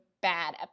bad